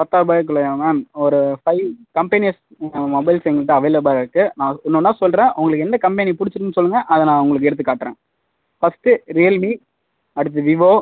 பத்தாயர்ரூபாய்க்குள்ளையா ma'am ஒரு five companies mobiles எங்கள்ட்ட அவைலபுளாயிருக்கு நான் ஒன்னொன்னாக சொல்கிறேன் உங்களுக்கு எந்த கம்பெனி புடிச்சிருக்குனு சொல்லுங்கள் அதை நான் உங்களுக்கு எடுத்து காட்டுறேன் ஃபஸ்ட்டு ரியல்மீ அடுத்து விவோ